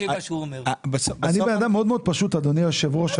אני בן אדם מאוד מאוד פשוט, אדוני היושב-ראש.